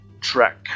track